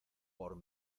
por